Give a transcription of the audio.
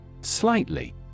Slightly